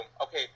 okay